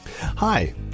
Hi